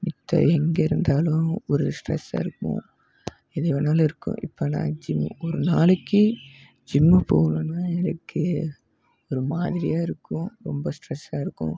மத்த எங்கே இருந்தாலும் ஒரு ஸ்ட்ரஸ்ஸாக இருக்கும் எதுவேனாலும் இருக்கும் இப்போ நான் ஜிம் ஒரு நாளைக்கு ஜிம்மு போகலைனா எனக்கு ஒரு மாதிரியாக இருக்கும் ரொம்ப ஸ்ட்ரஸ்ஸாக இருக்கும்